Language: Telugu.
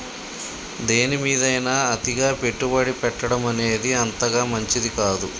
దేనిమీదైనా అతిగా పెట్టుబడి పెట్టడమనేది అంతగా మంచిది కాదు